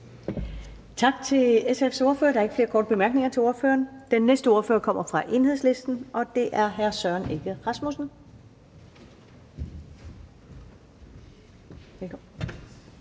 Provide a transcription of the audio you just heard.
Tak til SF's ordfører. Der er ikke flere korte bemærkninger til ordføreren. Den næste ordfører kommer fra Enhedslisten, og det er hr. Søren Egge Rasmussen. Kl.